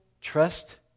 trust